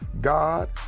God